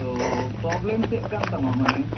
ᱛᱚ ᱯᱚᱨᱚᱵᱮᱞᱮᱢ ᱪᱮᱫ ᱠᱟᱱ ᱛᱟᱢᱟ ᱢᱟᱱᱮ